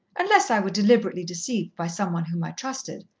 unless i were deliberately deceived by some one whom i trusted.